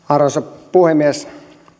arvoisa puhemies